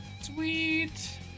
Sweet